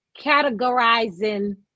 categorizing